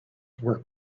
were